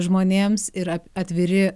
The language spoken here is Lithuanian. žmonėms yra atviri